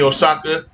Osaka